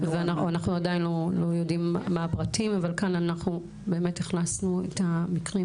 אנחנו עדיין לא יודעים מה הפרטים וכאן אנחנו באמת הכנסנו את המקרים